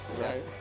right